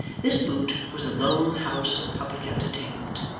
this boot was a lone house of public entertainment,